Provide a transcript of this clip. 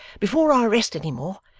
before i rest any more,